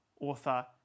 author